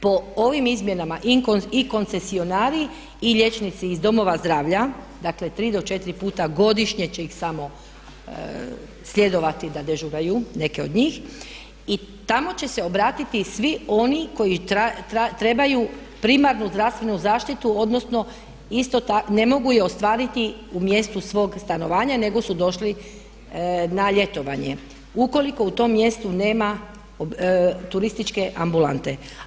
Po ovim izmjenama i koncesionari i liječnici iz domova zdravlja, dakle tri do četiri puta godišnje će ih samo sljedovati da dežuraju neke od njih i tamo će se obratiti svi oni koji trebaju primarnu zdravstvenu zaštitu, odnosno ne mogu je ostvariti u mjestu svog stanovanja nego su došli na ljetovanje ukoliko u tom mjestu nema turističke ambulante.